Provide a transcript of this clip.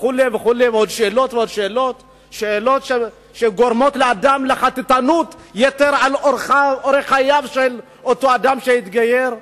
וכו' וכו' שאלות שגורמות לחטטנות יתר באורח חייו של אותו אדם שהתגייר.